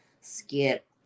skip